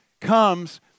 comes